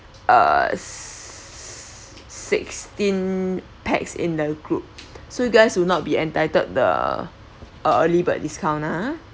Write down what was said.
uh s~ sixteen pax in the group so you guys will not be entitled the early bird discount ah